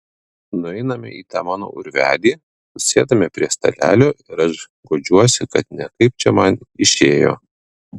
nueiname į tą mano urvelį susėdame prie stalelio ir aš guodžiuosi kad ne kaip čia man išėjo